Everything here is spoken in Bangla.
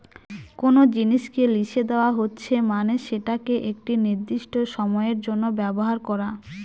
কোনো জিনিসকে লিসে দেওয়া হচ্ছে মানে সেটাকে একটি নির্দিষ্ট সময়ের জন্য ব্যবহার করা